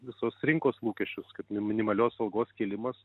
visos rinkos lūkesčius kad minimalios algos kėlimas